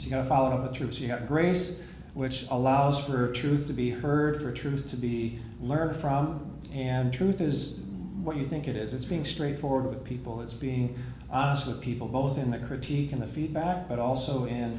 know follow the troops you got grace which allows for truth to be heard for truth to be learned from and truth is what you think it is it's being straightforward with people it's being honest with people both in the critique in the feedback but also in